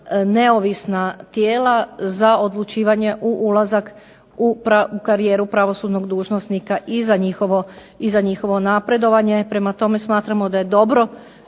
neovisna tijela za odlučivanje u karijeru pravosudnog dužnosnika i za njihovo napredovanje. Prema tome, smatramo da je dobro